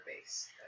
base